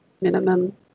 minimum